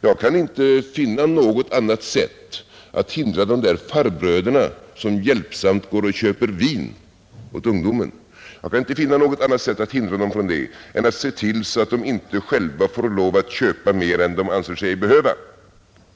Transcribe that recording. Jag kan inte finna något annat sätt att hindra de där farbröderna, som hjälpsamt går och köper vin åt barn, än att se till att de inte själva får lov att köpa mer än de anser sig behöva.